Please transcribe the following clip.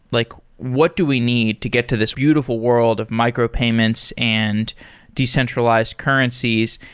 like what do we need to get to this beautiful world of micro payments and decentralized currencies?